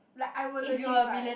like I would legit buy